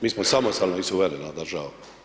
Mi smo samostalna i suverena država.